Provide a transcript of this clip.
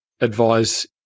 advise